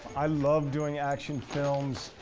i love doing action films,